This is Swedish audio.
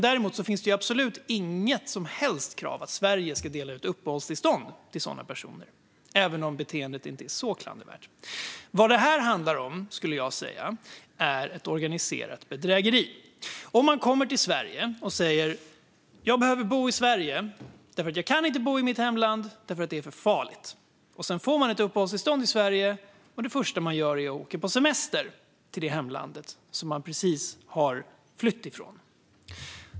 Däremot finns det absolut inget som helst krav på att Sverige ska dela ut uppehållstillstånd till sådana personer, även om beteendet inte är så klandervärt. Vad detta handlar om, skulle jag säga, är ett organiserat bedrägeri. Man kommer till Sverige och säger: Jag behöver bo i Sverige. Jag kan inte bo i mitt hemland, för det är för farligt. Sedan får man ett uppehållstillstånd i Sverige, och det första man gör är att åka på semester till det hemland som man precis har flytt ifrån.